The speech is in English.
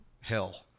hell